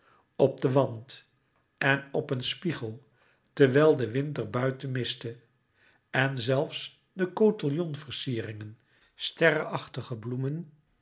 op den wand en op een spiegel terwijl de winter buiten mistte en zelfs de cotillon versieringen sterre achtige bloemen